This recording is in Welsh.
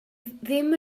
ddim